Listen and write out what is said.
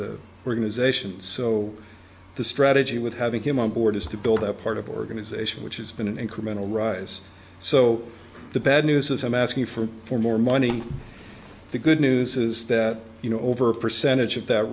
the organization so the strategy with having him on board is to build up part of the organization which has been an incremental rise so the bad news i'm asking for for more money the good news is that you know over a percentage of that